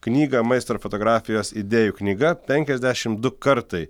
knygą maisto ir fotografijos idėjų knyga penkiasdešim du kartai